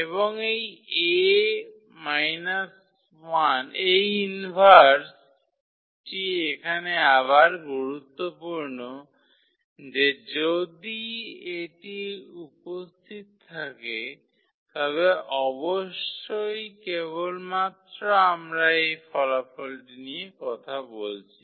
এবং এই A 1 টি এখানে আবার গুরুত্বপূর্ণ যে যদি এটি উপস্থিত থাকে তবে অবশ্যই কেবলমাত্র আমরা এই ফলাফলটি নিয়ে কথা বলছি